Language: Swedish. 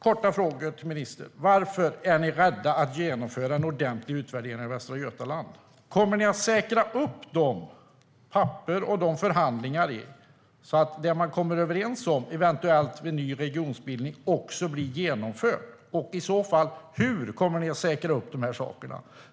Korta frågor till ministern: Varför är ni rädda att genomföra en ordentlig utvärdering av Västra Götaland? Kommer ni att säkra upp papper och förhandlingar så att det man eventuellt kommer överens om vid en ny regionsbildning också blir genomfört? Hur kommer ni i så fall att säkra upp de här sakerna?